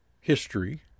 history